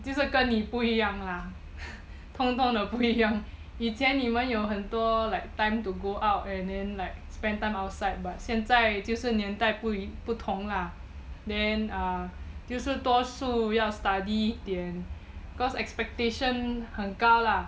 就是跟你不一样啦 同同的不一样以前你们有很多 like time to go out and then like spend time outside but 现在就是年代不同啦 then ah 就是多数要 study 一点 because expectations 很高啦